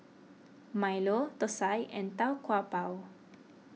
Milo Thosai and Tau Kwa Pau